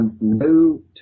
no